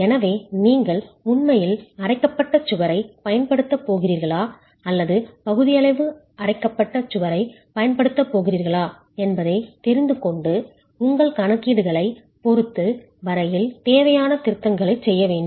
எனவே நீங்கள் உண்மையில் அரைக்கப்பட்ட சுவரைப் பயன்படுத்தப் போகிறீர்களா அல்லது பகுதியளவு அரைக்கப்பட்ட சுவரைப் பயன்படுத்தப் போகிறீர்களா என்பதைத் தெரிந்துகொண்டு உங்கள் கணக்கீடுகளைப் பொறுத்த வரையில் தேவையான திருத்தங்களைச் செய்ய வேண்டும்